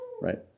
right